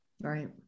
Right